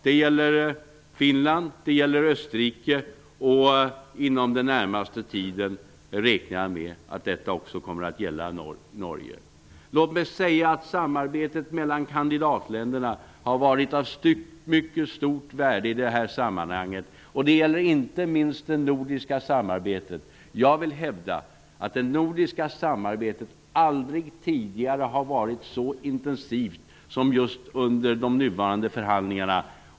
Det gäller Finland, Österrike och inom den närmaste tiden kan vi räkna med att detta också kommer att gälla Norge. Låt mig säga att samarbetet mellan kandidatländerna har varit av mycket stort värde i det här sammanhanget, och det gäller inte minst det nordiska samarbetet. Jag vill hävda att det nordiska samarbetet aldrig tidigare har varit så intensivt som just under de nuvarande förhandlingarna.